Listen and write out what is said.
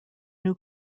new